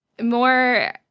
more